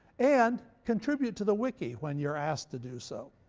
and contribute to the wiki when you're asked to do so.